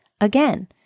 again